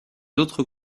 autres